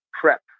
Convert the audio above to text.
prep